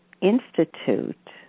institute